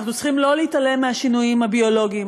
אנחנו צריכים לא להתעלם מהשינויים הביולוגיים,